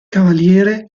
cavaliere